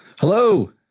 Hello